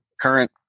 current